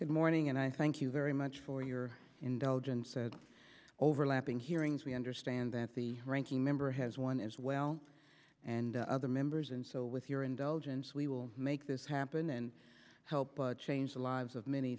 good morning and i thank you very much for your indulgence said overlapping hearings we understand that the ranking member has one as well and other members and so with your indulgence we will make this happen and changed the lives of many